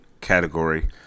category